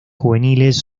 juveniles